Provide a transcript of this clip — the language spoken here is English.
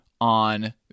on